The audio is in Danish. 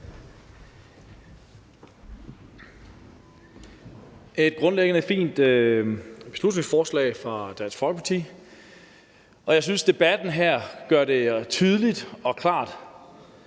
et grundlæggende fint beslutningsforslag fra Dansk Folkeparti, og jeg synes, at debatten her gør det tydeligt og klart,